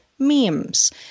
memes